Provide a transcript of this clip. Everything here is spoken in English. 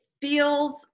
feels